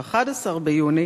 ב-11 ביוני